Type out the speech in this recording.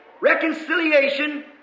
reconciliation